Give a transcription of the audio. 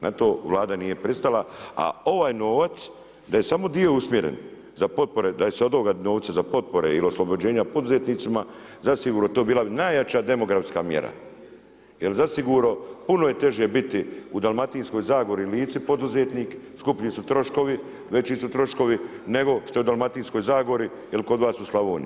Na to Vlada nije pristala, a ovaj novac da je samo dio usmjeren za potpore da se od ovoga novca za potpore ili oslobođenja poduzetnicima, zasigurno to bila bi najjača demografska mjera jer zasigurno puno je teže biti u dalmatinskoj zagori, Lici poduzetnik, skuplji su troškovi, veći su troškovi nego što je u Dalmatinskoj zagori ili kod vas u Slavoniji.